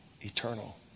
eternal